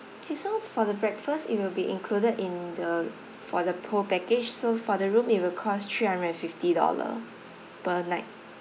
K so for the breakfast it will be included in the for the whole package so for the room it will cost three hundred and fifty dollar per night